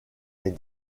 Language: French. est